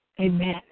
amen